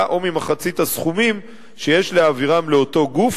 או ממחצית הסכומים שיש להעבירם לאותו גוף,